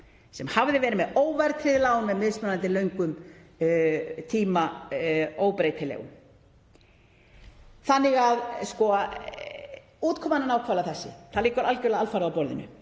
sem hafði verið með óverðtryggð lán með mismunandi löngum tíma, óbreytilegum. Þannig að útkoman er nákvæmlega þessi, það liggur algerlega alfarið á borðinu: